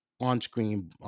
on-screen